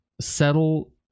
settle